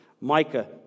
Micah